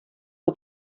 che